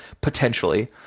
potentially